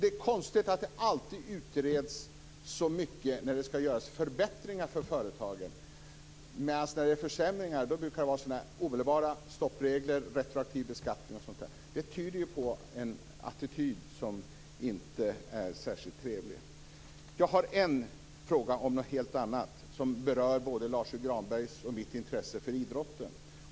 Det är konstigt att det alltid utreds så mycket när det skall göras förbättringar för företagen. När det däremot gäller försämringar brukar det vara fråga om omedelbara stoppregler, retroaktiv beskattning osv. Detta tyder på en attityd som inte är särskilt trevlig. Sedan har jag en fråga om någonting helt annat som berör både Lars U Granbergs och mitt intresse för idrotten.